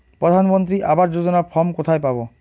প্রধান মন্ত্রী আবাস যোজনার ফর্ম কোথায় পাব?